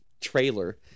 trailer